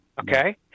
Okay